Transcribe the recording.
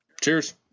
Cheers